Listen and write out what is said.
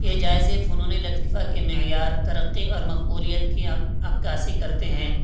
یہ جائزے فنونِ لطیفہ کے معیار ترقی اور مقبولیت کی عکاسی کرتے ہیں